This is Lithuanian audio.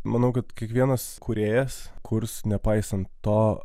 manau kad kiekvienas kūrėjas kurs nepaisant to